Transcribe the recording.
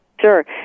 Sure